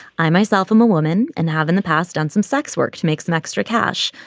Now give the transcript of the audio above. i myself am a woman and have in the past done some sex work to make some extra cash,